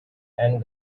and